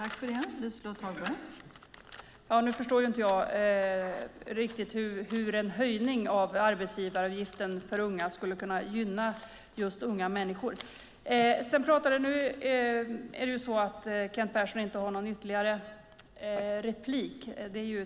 Fru talman! Jag förstår inte riktigt hur en höjning av arbetsgivaravgiften för unga skulle kunna gynna just unga människor. Kent Persson har tyvärr inte någon ytterligare replik.